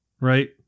Right